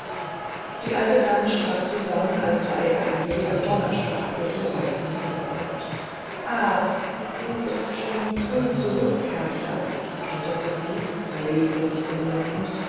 die alte dame schrak zusammen als sei ein jäher donnerschlag ihr zu häupten hingerollt ah bist du schon so früh zurück herbert stotterte sie verlegen sich umwendend